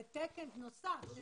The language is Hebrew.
זה תקן נוסף.